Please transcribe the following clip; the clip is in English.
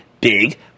big